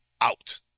out